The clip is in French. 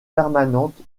permanente